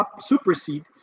supersede